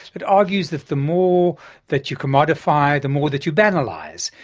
it argues that the more that you commodify, the more that you banalise,